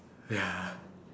ya